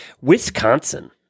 Wisconsin